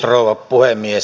rouva puhemies